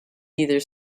either